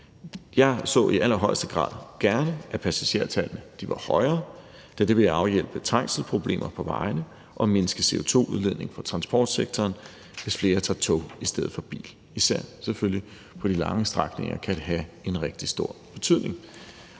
Jeg så i allerhøjeste grad gerne, at passagertallet var højere, da det ville afhjælpe trængselsproblemer på vejene og mindske CO2-udledningen i transportsektoren, hvis flere tog tog i stedet for bil. Især kan det selvfølgelig på de lange strækninger have en rigtig stor betydning,